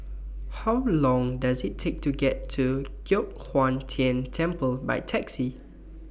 How Long Does IT Take to get to Giok Hong Tian Temple By Taxi